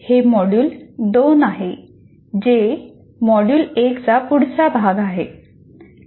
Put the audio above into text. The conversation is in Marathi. हे मॉड्यूल 2 आहे जे मॉड्यूल 1 चा पुढचा भाग आहे